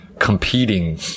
competing